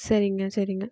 சரிங்க சரிங்க